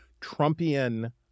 Trumpian